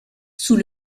sous